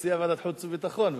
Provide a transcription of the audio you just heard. תציע ועדת חוץ וביטחון,